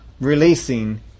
releasing